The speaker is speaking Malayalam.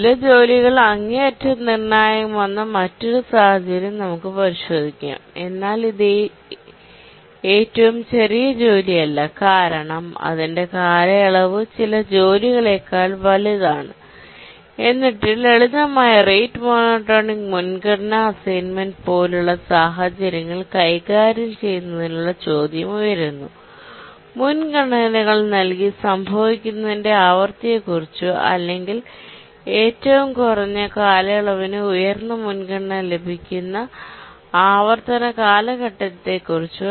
ചില ജോലികൾ അങ്ങേയറ്റം നിർണായകമാകുന്ന മറ്റൊരു സാഹചര്യം നമുക്ക് പരിശോധിക്കാം എന്നാൽ ഇത് ഏറ്റവും ചെറിയ ജോലിയല്ല കാരണം അതിന്റെ കാലയളവ് ചില ജോലികളേക്കാൾ വലുതാണ് എന്നിട്ട് ലളിതമായ റേറ്റ് മോണോടോണിക് പ്രിയോറിറ്റി അസൈൻമെൻറ് പോലുള്ള സാഹചര്യങ്ങൾ കൈകാര്യം ചെയ്യുന്നതിനുള്ള ചോദ്യം ഉയരുന്നു മുൻഗണനകൾ നൽകി സംഭവിക്കുന്നതിന്റെ ആവൃത്തിയെക്കുറിച്ചോ അല്ലെങ്കിൽ ഏറ്റവും കുറഞ്ഞ കാലയളവിന് ഉയർന്ന മുൻഗണന ലഭിക്കുന്ന ആവർത്തന കാലഘട്ടത്തെക്കുറിച്ചോ